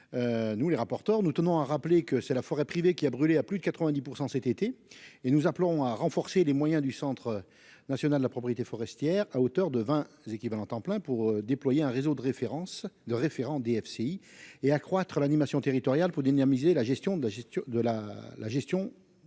nous les rapporteurs, nous tenons à rappeler que c'est la forêt privée qui a brûlé à plus de 90 % cet été et nous appelons à renforcer les moyens du Centre national de la propriété forestière à hauteur de vingt équivalents temps plein pour déployer un réseau de référence de référent DFCI et accroître l'animation territoriale pour dynamiser la gestion de la gestion